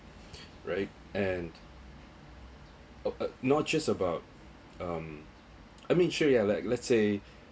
right and uh not just about um I mean sure yeah like let's say